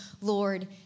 Lord